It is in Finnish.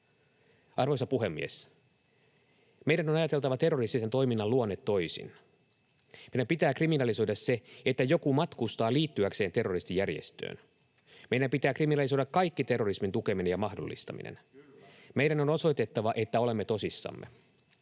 Arvoisa puhemies! Meidän on ajateltava terroristisen toiminnan luonne toisin. Meidän pitää kriminalisoida se, että joku matkustaa liittyäkseen terroristijärjestöön. Meidän pitää kriminalisoida kaikki terrorismin tukeminen ja mahdollistaminen. [Sebastian Tynkkynen: Kyllä!] Meidän on osoitettava, että olemme tosissamme.